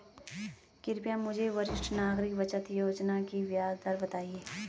कृपया मुझे वरिष्ठ नागरिक बचत योजना की ब्याज दर बताएँ